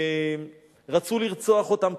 רצו לרצוח אותם,